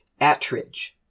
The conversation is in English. Attridge